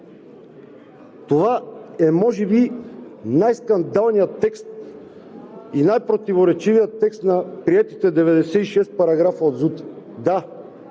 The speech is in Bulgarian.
Това е може би най-скандалният и най-противоречивият текст на приетите 96 параграфа от ЗУТ-а.